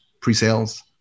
pre-sales